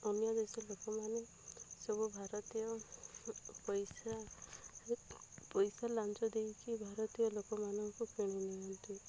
ଅନ୍ୟ ଦେଶ ଲୋକମାନେ ସବୁ ଭାରତୀୟ ପଇସା ପଇସା ଲାଞ୍ଚ ଦେଇ କି ଭାରତୀୟ ଲୋକମାନଙ୍କୁ କିଣି ନିଅନ୍ତି